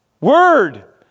word